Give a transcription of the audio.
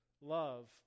love